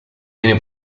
viene